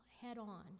head-on